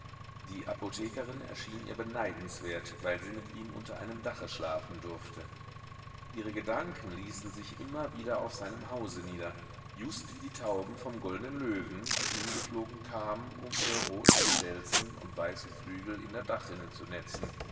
die apothekerin erschien ihr beneidenswert weil sie mit ihm unter einem dache schlafen durfte ihre gedanken ließen sich immer wieder auf seinem hause nieder just wie die tauben vom goldnen löwen die hingeflogen kamen um ihre roten stelzen und weißen flügel in der dachrinne zu netzen